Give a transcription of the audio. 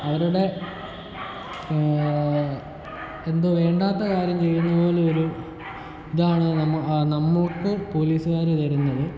അവരുടെ എന്തോ വേണ്ടാത്ത കാര്യം ചെയ്തു പോയ പോലൊരു ഇതാണ് നമ്മുക്ക് പോലീസുകാർ തരുന്നത്